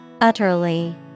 Utterly